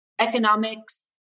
economics